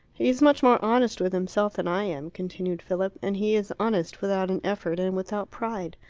he's much more honest with himself than i am, continued philip, and he is honest without an effort and without pride.